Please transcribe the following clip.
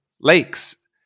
lakes